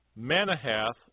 Manahath